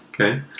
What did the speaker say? Okay